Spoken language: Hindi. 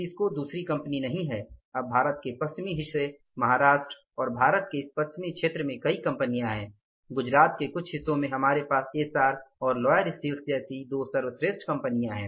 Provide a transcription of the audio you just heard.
टिस्को दूसरी कंपनी नहीं है अब भारत के पश्चिमी हिस्से महाराष्ट्र और भारत के इस पश्चिमी क्षेत्र में कई कंपनियां हैं गुजरात के कुछ हिस्सों में हमारे पास एस्सार और लॉयड स्टील्स जैसी दो सर्वश्रेष्ठ कंपनियां हैं